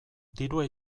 dirua